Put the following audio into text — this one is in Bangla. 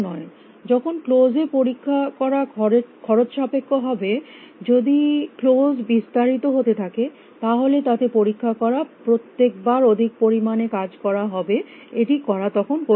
যখন ক্লোস এ পরীক্ষা করা খরচ সাপেক্ষ হবে যদি ক্লোস বিস্তারিত হতে থাকে তাহলে তাতে পরীক্ষা করা প্রত্যেক বার অধিক পরিমাণে কাজ করা হবে এটি করা তখন কঠিন হয়ে উঠবে